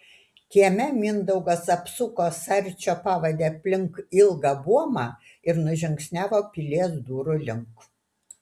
kieme mindaugas apsuko sarčio pavadį aplink ilgą buomą ir nužingsniavo pilies durų link